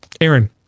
Aaron